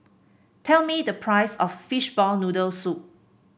tell me the price of Fishball Noodle Soup